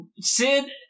Sid